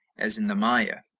as in the maya.